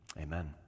Amen